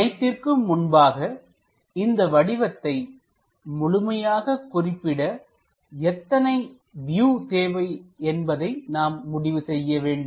அனைத்துக்கும் முன்பாகஇந்தப் வடிவத்தை முழுமையாக குறிப்பிட எத்தனை வியூ தேவை என்பதை நாம் முடிவு செய்ய வேண்டும்